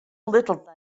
little